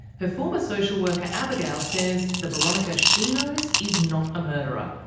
her former social worker abigail says the boronika she knows is not a murderer.